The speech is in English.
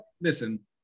listen